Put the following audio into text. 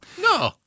No